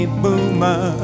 boomer